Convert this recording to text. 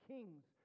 Kings